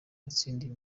watsindiye